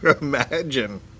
Imagine